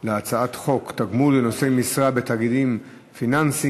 על הצעת חוק תגמול לנושאי משרה בתאגידים פיננסיים